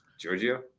Giorgio